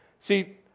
See